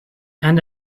and